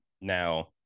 Now